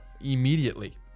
immediately